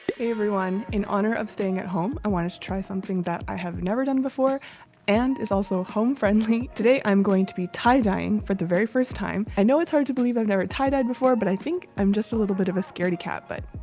everyone. in honor of staying at home, i wanted to try something that i have never done before and is also home-friendly. today i'm going to be tie-dying for the very first time. i know it's hard to believe i've never tie-dyed before but i think i'm just a little bit of a scaredy-cat but,